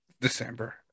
December